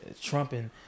trumping